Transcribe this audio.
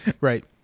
Right